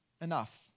enough